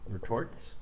retorts